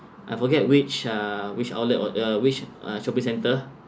I forget which uh which outlet was uh which uh shopping center